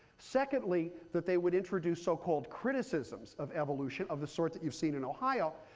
secondly, that they would introduce so-called criticisms of evolution of the sort that you've seen in ohio.